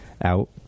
out